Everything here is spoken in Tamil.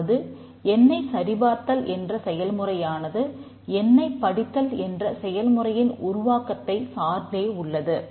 அதாவது எண்ணைச் சரிபார்த்தல் என்ற செயல்முறையானது எண்ணைப் படித்தல் என்ற செயல்முறையின் உருவாக்கத்தைச் சார்ந்தே உள்ளது